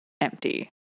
empty